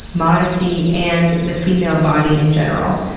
modesty, and the female body in general.